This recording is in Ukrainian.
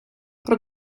про